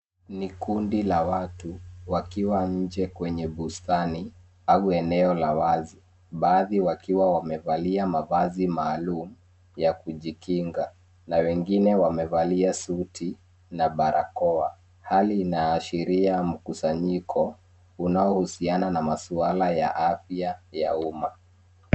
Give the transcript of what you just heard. Ni kundi la wati wakiwa nje kwenye bustani au eneo la wazi, baadhi wakiwa wamevalia mavazi maalum ya kujikinga na wengine wamevalia suti na barakoa. Hali inaashiria mkusanyiko unaohusiana na maswala ya afya ya umma.